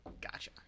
gotcha